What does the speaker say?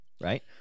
Right